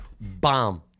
Bomb